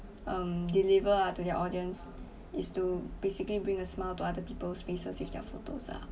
um deliver ah to their audience is to basically bring a smile to other people faces with their photos ah